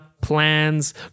plans